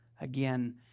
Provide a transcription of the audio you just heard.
Again